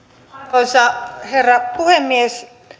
arvoisa herra puhemies